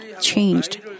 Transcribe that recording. changed